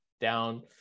down